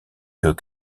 que